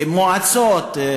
מועצות,